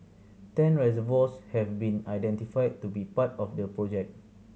ten reservoirs have been identified to be part of the project